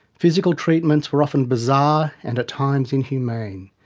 physical treatments were often bizarre and at times inhumane.